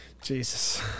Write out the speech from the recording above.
Jesus